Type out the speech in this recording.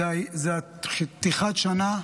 זאת פתיחת השנה,